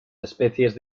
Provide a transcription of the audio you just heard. especies